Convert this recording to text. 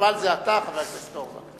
החשמל זה אתה, חבר הכנסת אורבך.